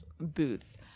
boots